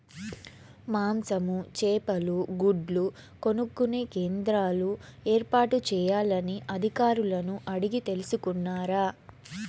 మాంసము, చేపలు, గుడ్లు కొనుక్కొనే కేంద్రాలు ఏర్పాటు చేయాలని అధికారులను అడిగి తెలుసుకున్నారా?